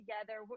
together